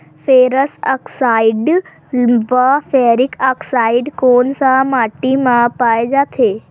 Ferrous oxide व ferric oxide कोन सा माटी म पाय जाथे?